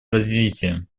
развития